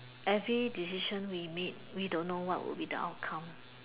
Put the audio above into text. every decision we make we don't know what would be the outcome